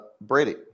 Brady